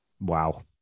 Wow